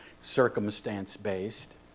circumstance-based